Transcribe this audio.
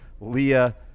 Leah